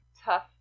tough